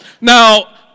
Now